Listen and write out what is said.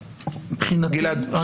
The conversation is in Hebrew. גלעד, שאלה.